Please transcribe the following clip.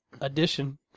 edition